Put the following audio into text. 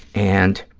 and